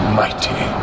mighty